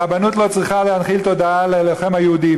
הרבנות לא צריכה להנחיל תודעה על הלוחם היהודי.